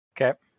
Okay